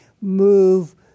move